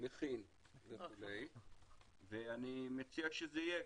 ואני מציע שזה יהיה,